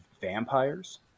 vampires